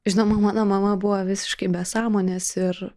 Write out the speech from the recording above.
žinoma mano mama buvo visiškai be sąmonės ir